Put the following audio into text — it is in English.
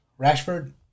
Rashford